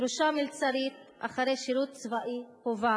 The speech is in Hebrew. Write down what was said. "דרושה מלצרית, אחרי שירות צבאי, חובה",